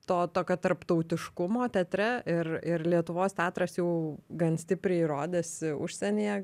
to tokio tarptautiškumo teatre ir ir lietuvos teatras jau gan stipriai rodėsi užsienyje